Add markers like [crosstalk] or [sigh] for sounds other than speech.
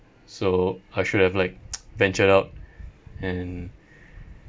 so I should have like [noise] ventured out and